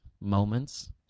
moments